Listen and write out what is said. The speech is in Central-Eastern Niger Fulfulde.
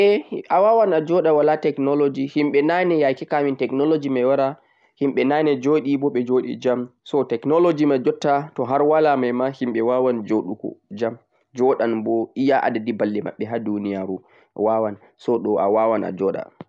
Ae enwawan enjoɗa ha duniyaru wala technology ngam himɓe naane anda technology bo ɓe waɗe rayuwa maɓɓe jam